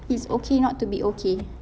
it's okay not to be okay